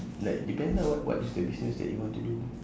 like depends ah what what is the business that you want to do